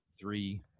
three